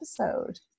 episode